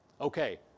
Okay